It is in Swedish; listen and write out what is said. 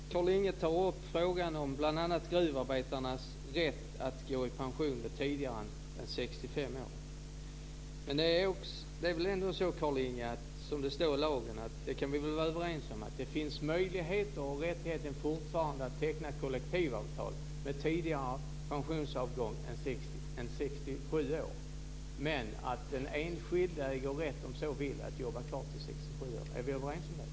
Fru talman! Carlinge tar upp frågan om bl.a. års ålder. Men vi kan väl ändå vara överens om att det fortfarande - som det står i lagen - finns möjligheter och rättigheter att teckna ett kollektivavtal med tidigare pensionsavgång än vid 67 år? Den enskilde äger dock rätt att, om han eller hon så vill, jobba kvar till 67 års ålder. Är vi överens om det?